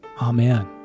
Amen